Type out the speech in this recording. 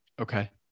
Okay